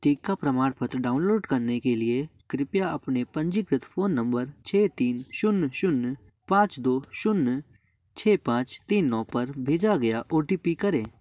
टीका प्रमाणपत्र डाउनलोड करने के लिए कृपया आपके पंजीकृत फ़ोन नम्बर छः तीन जीरो जीरो पाँच दो जीरो छः पाँच तीन नौ पर भेजा गया ओ टी पी करें